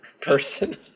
person